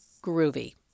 groovy